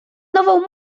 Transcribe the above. nową